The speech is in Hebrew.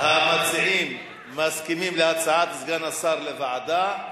המציעים מסכימים להצעת סגן השר לוועדה,